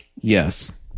Yes